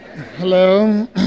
Hello